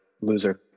loser